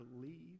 believe